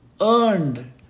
earned